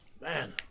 Man